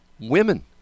Women